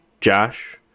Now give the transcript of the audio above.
Josh